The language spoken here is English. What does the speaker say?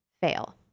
fail